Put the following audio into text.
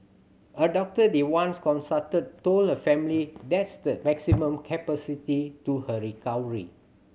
a doctor they once consulted told her family that's the maximum capacity to her recovery